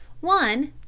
One